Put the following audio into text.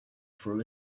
through